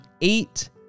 eight